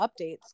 updates